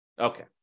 Okay